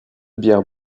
bière